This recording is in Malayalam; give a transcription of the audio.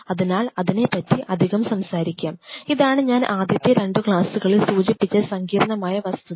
അതിനാൽ അതിനെപ്പറ്റി അധികം സംസാരിക്കാം ഇതാണ് ഞാൻ ആദ്യത്തെ രണ്ട് ക്ലാസുകളിൽ സൂചിപ്പിച്ച സങ്കീർണ്ണമായ വസ്തുത